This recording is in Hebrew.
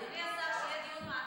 שוכרן.